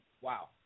Wow